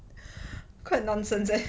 quite nonsense eh